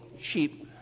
cheap